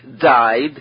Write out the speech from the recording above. died